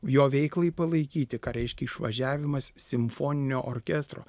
jo veiklai palaikyti ką reiškia išvažiavimas simfoninio orkestro